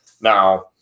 now